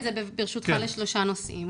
דבריי לשלושה נושאים.